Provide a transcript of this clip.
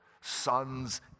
sons